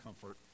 comfort